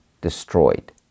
destroyed